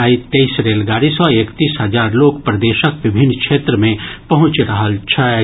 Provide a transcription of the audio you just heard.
आइ तेइस रेलगाड़ी सॅ एकतीस हजार लोक प्रदेशक विभिन्न क्षेत्र मे पहुंचि रहल छथि